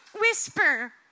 whisper